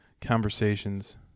conversations